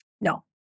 No